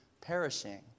perishing